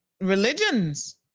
religions